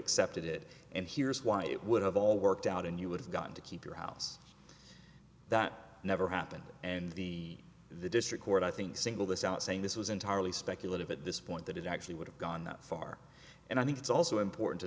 accepted it and here's why it would have all worked out and you would have gotten to keep your house that never happened and the the district court i think single this out saying this was entirely speculative at this point that it actually would have gone that far and i think it's also important to